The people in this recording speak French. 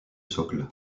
socle